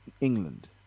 England